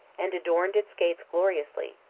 and adorned its gates gloriously,